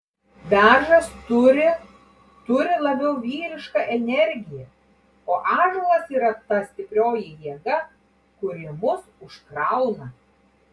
beržas turi turi labiau vyrišką energiją o ąžuolas yra ta stiprioji jėga kuri mus užkrauna